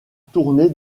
tourné